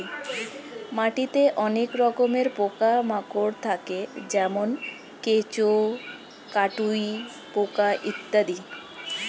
মাটিতে অনেক রকমের পোকা মাকড় থাকে যেমন কেঁচো, কাটুই পোকা ইত্যাদি